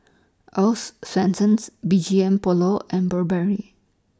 Earl's Swensens B G M Polo and Burberry